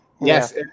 Yes